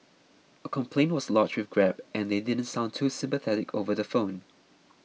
a complaint was lodged with grab and they didn't sound too sympathetic over the phone